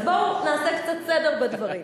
אז בואו נעשה קצת סדר בדברים.